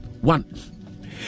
one